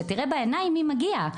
שתראה בעיניים מי מגיע,